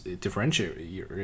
differentiate